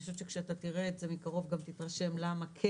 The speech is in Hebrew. כשאתה תראה את זה מקרוב אתה גם תתרשם למה כן